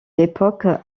l’époque